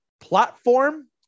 platform